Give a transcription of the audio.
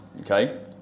okay